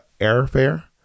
airfare